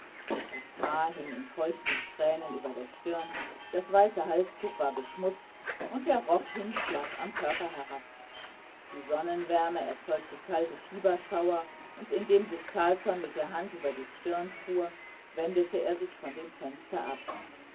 das haar hing in feuchten strähnen über der stirn das weiße halstuch war beschmutzt und der rock hing schlaff am körper herab die sonnenwärme erzeugte kalte fieberschauer und indem sich carlsson mit der hand über die stirn fuhr wendete er sich von dem fenster ab